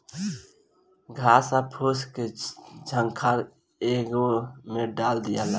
घास आ फूस के झंखार एके में डाल दियाला